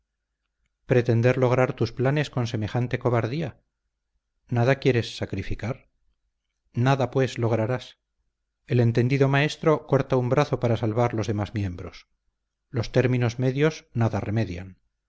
pretender lograr tus planes con semejante cobardía nada quieres sacrificar nada pues lograrás el entendido maestro corta un brazo para salvar los demás miembros los términos medios nada remedian